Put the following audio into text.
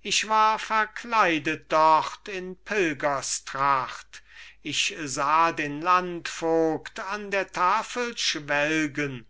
ich war verkleidet dort in pilgerstracht ich sah den landvogt an der tafel schwelgen